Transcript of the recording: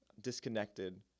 Disconnected